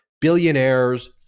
billionaires